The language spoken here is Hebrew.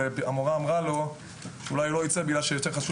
והמורה אמרה לו שאולי הוא לא ייצא בגלל שחשוב